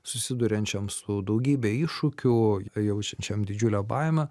susiduriančiam su daugybe iššūkiu jaučiančiam didžiulę baimę